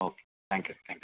okay thank you thank you